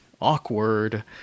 awkward